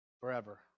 forever